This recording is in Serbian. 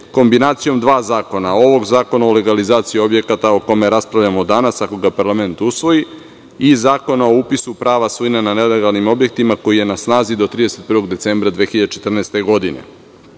kombinacijom dva zakona – ovog zakona o legalizaciji objekata o kome raspravljamo danas, ako ga parlament usvoji, i Zakona o upisu prava svojine na nelegalnim objektima, koji je na snazi do 31. decembra 2014. godine.U